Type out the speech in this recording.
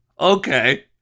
okay